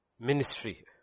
Ministry